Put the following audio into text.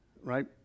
Right